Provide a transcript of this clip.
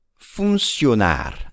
funcionar